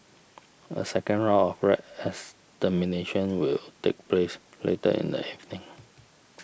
a second round of rat extermination will take place later in the evening